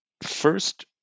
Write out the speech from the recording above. First